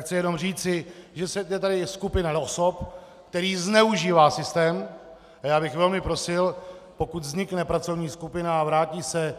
Chci jenom říci, že je tady skupina osob, která zneužívá systém, a já bych velmi prosil, pokud vznikne pracovní skupina a vrátí se